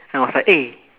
and I was like eh